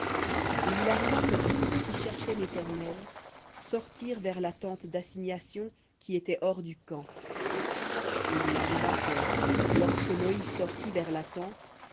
et il arriva que tous ceux qui cherchaient l'éternel sortirent vers la tente d'assignation qui était hors du camp et il arriva que lorsque moïse sortit vers